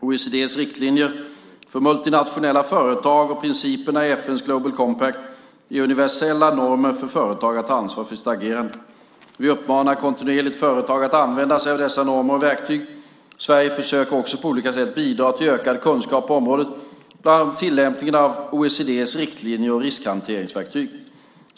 OECD:s riktlinjer för multinationella företag och principerna i FN:s Global Compact är universella normer för företag att ta ansvar för sitt agerande. Vi uppmanar kontinuerligt företag att använda sig av dessa normer och verktyg. Sverige försöker också på olika sätt bidra till ökad kunskap på området, bland annat om tillämpningen av OECD:s riktlinjer och riskhanteringsverktyg.